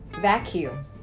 vacuum